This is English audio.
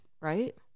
Right